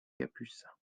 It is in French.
capucins